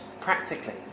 practically